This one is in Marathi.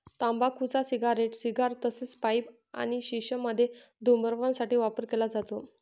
तंबाखूचा सिगारेट, सिगार तसेच पाईप आणि शिश मध्ये धूम्रपान साठी वापर केला जातो